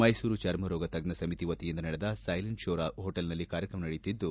ಮೈಸೂರು ಚರ್ಮರೋಗ ತಜ್ಞ ಸಮಿತಿ ವತಿಯಿಂದ ನಗರದ ಸೈಲೆಂಟ್ ಶೋರ್ ಹೋಟೆಲ್ನಲ್ಲಿ ಕಾರ್ಯಕ್ರಮ ನಡೆಯುತ್ತಿದ್ದು